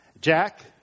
Jack